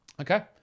Okay